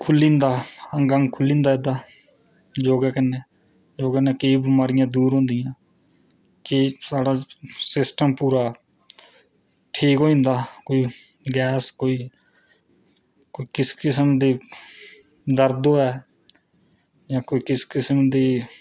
खुल्ली जंदा अंग अंग खुल्ली जंदा एह्दा योगा कन्नै योगा कन्नै केईं बमारियां दूर होंदियां केईं साढ़ा सिस्टम पूरा ठीक होई जंदा कोई गैस कोई एह् किस किस्म दी कोई दर्द होऐ जां कोई किस किस्म दी